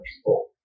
people